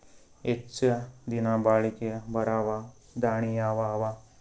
ಹೆಚ್ಚ ದಿನಾ ಬಾಳಿಕೆ ಬರಾವ ದಾಣಿಯಾವ ಅವಾ?